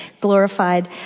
glorified